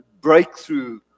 breakthrough